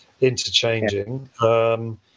interchanging